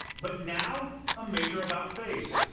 but now a major about-face.